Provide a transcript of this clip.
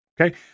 Okay